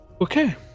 Okay